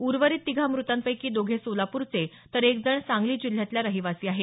उर्वरित तिघा मृतांपैकी दोघे सोलापूरचे तर एक जण सांगली जिल्ह्यातला रहिवासी आहे